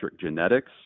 genetics